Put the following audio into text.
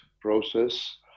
process